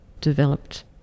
developed